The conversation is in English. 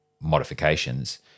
modifications